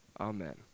Amen